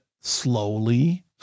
slowly